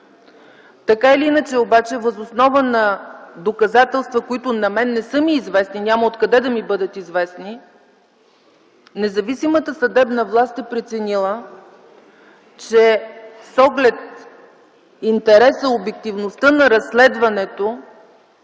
Така или иначе обаче въз основа на доказателства, които на мен не са ми известни, няма откъде да ми бъдат известни, независимата съдебна власт е преценила, че с оглед интереса на обективността на разследването